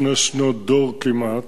לפני שנות דור כמעט,